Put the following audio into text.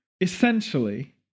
Essentially